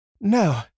no